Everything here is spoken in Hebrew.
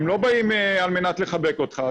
הם לא באים על מנת לחבק אותך.